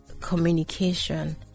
communication